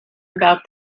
about